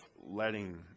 letting